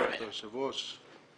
אדוני היושב הראש,